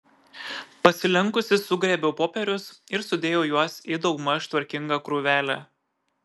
pasilenkusi sugrėbiau popierius ir sudėjau juos į daugmaž tvarkingą krūvelę